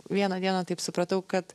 vieną dieną taip supratau kad